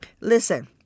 Listen